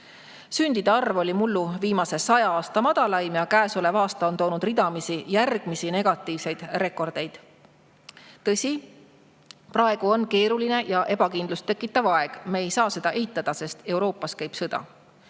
Sündide arv oli mullu viimase saja aasta madalaim ja käesolev aasta on toonud ridamisi järgmisi negatiivseid rekordeid. Tõsi, praegu on keeruline ja ebakindlust tekitav aeg – me ei saa seda eitada –, sest Euroopas käib sõda.